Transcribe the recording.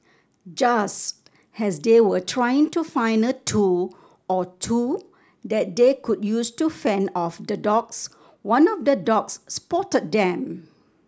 just as they were trying to find a tool or two that they could use to fend off the dogs one of the dogs spotted them